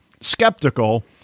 skeptical